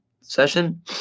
session